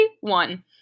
one